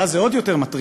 ואז זה עוד יותר מטריד.